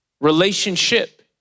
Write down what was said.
relationship